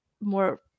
more